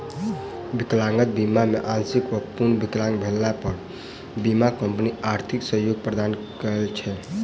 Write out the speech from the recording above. विकलांगता बीमा मे आंशिक वा पूर्णतः विकलांग भेला पर बीमा कम्पनी आर्थिक सहयोग प्रदान करैत छै